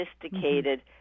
sophisticated